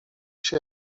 się